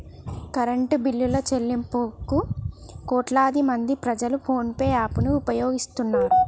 current బిల్లుల చెల్లింపులకు కోట్లాదిమంది ప్రజలు ఫోన్ పే యాప్ ను ఉపయోగిస్తున్నారు